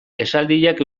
esaldiak